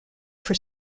for